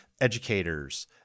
educators